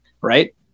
Right